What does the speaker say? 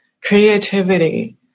creativity